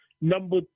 Number